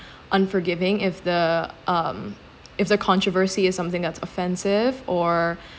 unforgiving if the um if the controversy is something that's offensive or